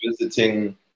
visiting